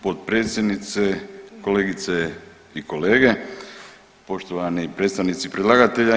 Potpredsjednice, kolegice i kolege, poštovani predstavnici predlagatelja.